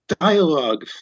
dialogue